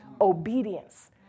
Obedience